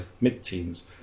mid-teens